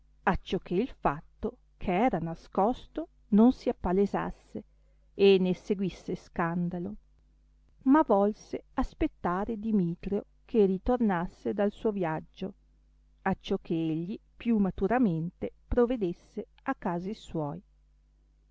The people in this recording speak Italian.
cheto acciò che il fatto che era nascosto non si appalesasse e ne seguisse scandalo ma volse aspettare dimitrio che ritornasse dal suo viaggio acciò che egli più maturamente provedesse a casi suoi